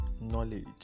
knowledge